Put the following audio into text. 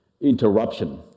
Interruption